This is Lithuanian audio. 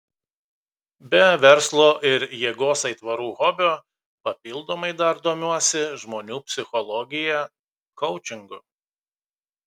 be verslo ir jėgos aitvarų hobio papildomai dar domiuosi žmonių psichologija koučingu